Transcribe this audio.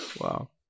Wow